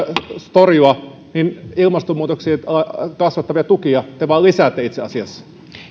torjua niin ilmastonmuutosta kasvattavia tukia te vain lisäätte itse asiassa